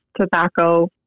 tobacco